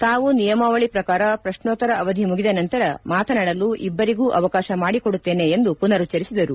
ತಾವು ನಿಯಮಾವಳ ಪ್ರಕಾರ ಪ್ರಶ್ನೋತ್ತರ ಅವಧಿ ಮುಗಿದ ನಂತರ ಮಾತನಾಡಲು ಇಭ್ಯರಿಗೂ ಅವಕಾಶ ಮಾಡಿಕೊಡುತ್ತೇನೆ ಎಂದು ಪುನರುಚ್ಚರಿಸಿದರು